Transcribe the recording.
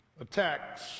attacks